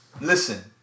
Listen